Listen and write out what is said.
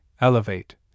elevate